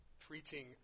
treating